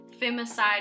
femicide